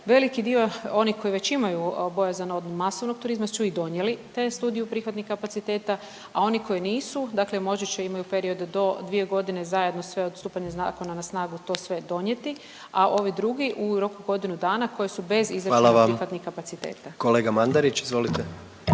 veliki dio onih koji već imaju bojazan od masovnog turizma su i donijeli te studije prihvatnih kapaciteta, a oni koji nisu, dakle moći će, imaju period do 2 godine zajedno sve od stupanja zakona na snagu to sve donijeti, a ovi drugi, u roku od godinu dana koji su bez .../Govornik se ne razumije./... .../Upadica: Hvala